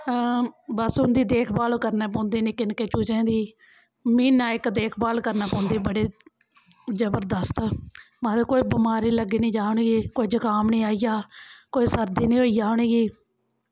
बस उं'दी देखभाल करना पौंदी निक्के निक्के चूज़ें दी म्हीना इक देखभाल करना पौंदी बड़ी जबरदस्त मतलब कोई बमारी लग्गी नी जा उ'नेंगी कोई जकाम निं आई जा कोई सर्दी निं होई जा उ'नेंगी